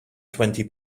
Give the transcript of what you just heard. twenty